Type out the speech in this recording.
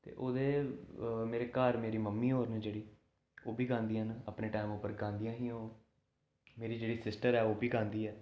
ते ओह्दे मेरे घर मेरी मम्मी होर न जेह्ड़ी ओह् बी गांदियां न अपने टैम उप्पर गांदियां हियां ओह् मेरी जेह्ड़ी सिस्टर ओह् बी गांदी ऐ